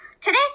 Today